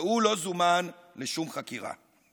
והוא לא זומן לשום חקירה.